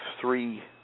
three